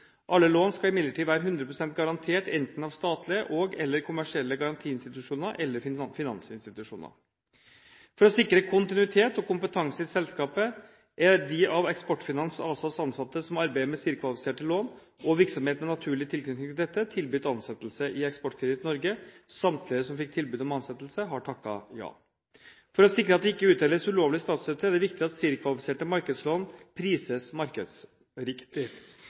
Alle lån skal imidlertid være 100 pst. garantert, enten av statlige og/eller kommersielle garantiinstitusjoner eller finansinstitusjoner. For å sikre kontinuitet og kompetanse i selskapet er de av Eksportfinans ASAs ansatte som arbeider med CIRR-kvalifiserte lån og virksomhet med naturlig tilknytning til dette, tilbudt ansettelse i Eksportkreditt Norge. Samtlige som fikk tilbudet om ansettelse, har takket ja. For å sikre at det ikke utdeles ulovlig statsstøtte, er det viktig at CIRR-kvalifiserte markedslån prises markedsriktig.